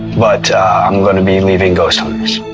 but i'm going to be leaving ghost hunters.